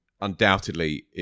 undoubtedly